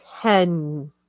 ten